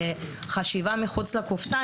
בחשיבה מחוץ לקופסה,